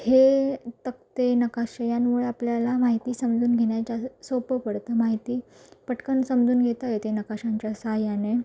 हे तक्ते नकाशे यांमुळे आपल्याला माहिती समजून घेण्याच्या सोपं पडतं माहिती पटकन समजून घेता येते नकाशांच्या सहाय्याने